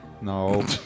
No